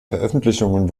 veröffentlichungen